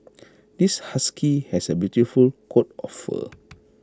this husky has A beautiful coat of fur